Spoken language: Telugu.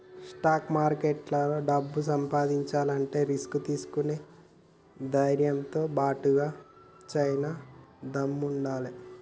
స్టాక్ మార్కెట్లో డబ్బు సంపాదించాలంటే రిస్క్ తీసుకునే ధైర్నంతో బాటుగా చానా దమ్ముండాలే